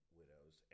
widows